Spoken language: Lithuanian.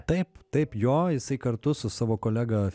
taip taip jo jisai kartu su savo kolega